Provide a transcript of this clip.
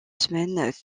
semaines